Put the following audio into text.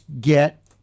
get